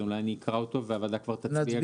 אז אולי אני אקרא אותו והוועדה כבר תצביע גם עליו?